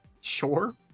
Sure